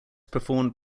performed